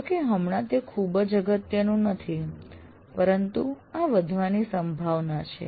જોકે હમણાં તે ખૂબ જ અગત્યનું નથી પરંતુ આ વધવાની સંભાવના છે